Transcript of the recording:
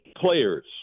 players